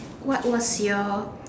what was your